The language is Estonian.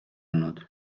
olnud